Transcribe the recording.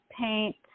paint